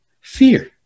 fear